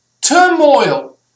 turmoil